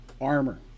armor